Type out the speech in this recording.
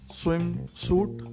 swimsuit